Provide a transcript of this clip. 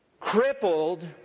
crippled